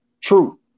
True